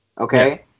okay